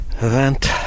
event